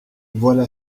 voilà